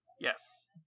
Yes